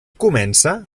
comença